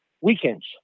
weekends